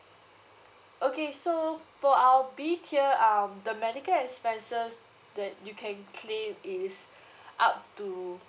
okay so for our B tier um the medical expenses that you can claim is up to